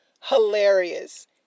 hilarious